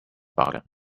bargain